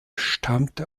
stammte